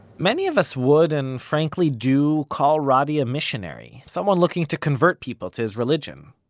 many of us would, and frankly do, call roddie a missionary someone looking to convert people to his religion.